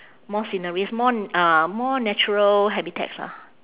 more sceneries more uh more natural habitats ah